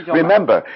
remember